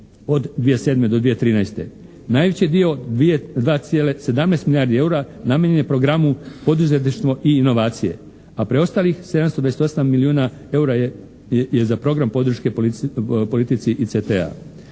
od 2007.-2013. Najveći dio 2,17 milijardi eura namijenjen je programu poduzetništvo i inovacije, a preostalih 728 milijuna eura je za program podrške politici i CT-a.